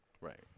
Right